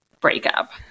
breakup